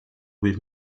with